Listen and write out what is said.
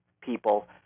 people